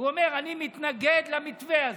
אומר: אני מתנגד למתווה הזה.